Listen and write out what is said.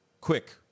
Quick